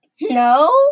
No